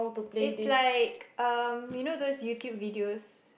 it's like um you know those YouTube videos